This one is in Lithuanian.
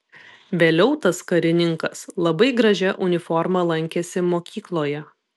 vėliau tas karininkas labai gražia uniforma lankėsi mokykloje